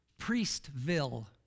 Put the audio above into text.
Priestville